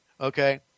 Okay